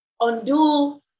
undo